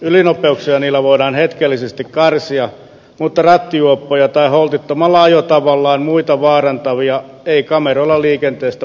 ylinopeuksia niillä voidaan hetkellisesti karsia mutta rattijuoppoja tai holtittomalla ajotavallaan muita vaarantavia ei kameroilla liikenteestä pois poimita